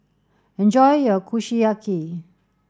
enjoy your Kushiyaki